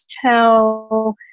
tell